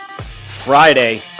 Friday